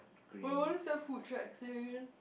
wait what does your food shack say again